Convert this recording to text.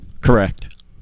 Correct